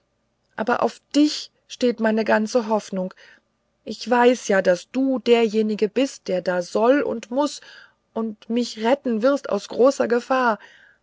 aber auf dich steht meine ganze hoffnung ich weiß ja daß du derjenige bist der da soll und muß und mich retten wirst aus großer gefahr